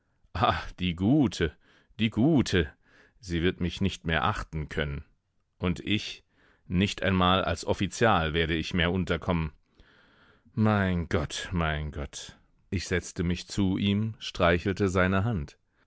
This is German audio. die gute die gute sie wird mich nicht mehr achten können und ich nicht einmal als offizial werde ich mehr unterkommen mein gott mein gott ich setzte mich zu ihm streichelte seine hand